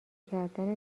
کردن